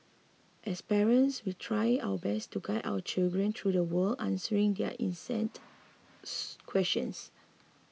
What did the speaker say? as parents we try our best to guide our children through the world answering their incessant questions